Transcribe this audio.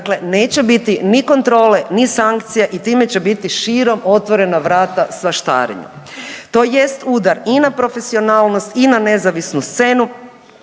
Dakle neće biti ni kontrole, ni sankcija i time će biti širom otvorena vrata svaštarenje. To jest udar i na profesionalnost i na nezavisnu scenu